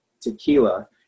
tequila